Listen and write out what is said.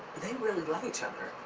they really love each other.